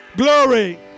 Glory